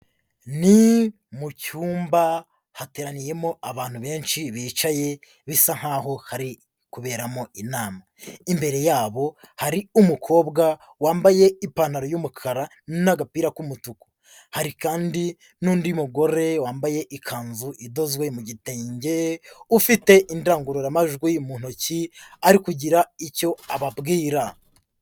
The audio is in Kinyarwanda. Ni mu cyumba hateraniyemo abantu benshi bicaye bisa nk'aho hari kuberamo inama imbere yabo hari umukobwa wambaye ipantaro y'umukara n'agapira k'umutuku hari kandi n'undi mugore wambaye ikanzu idozwe mu gitenge ufite indangururamajwi mu ntoki ari kugira icyo ababwira.